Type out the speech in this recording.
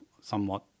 somewhat